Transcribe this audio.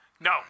No